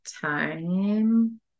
time